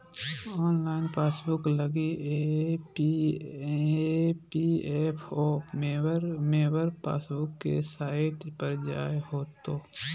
online passbook लगी EPFO member passbook के site पर जाय होतो